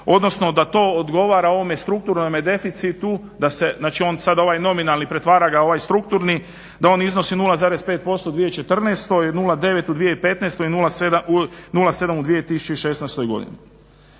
odnosno da to odgovara ovome strukturnome deficitu da se, znači onda sada ovaj nominalni pretvara ga u ovaj strukturni, da on iznosi 0,5% u 2014., 0,9 u 2015. i 0,7 u 2016. godini.